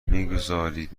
میگذارید